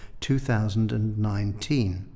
2019